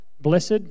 Blessed